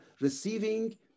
receiving